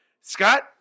Scott